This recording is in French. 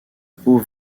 peau